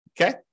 Okay